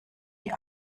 die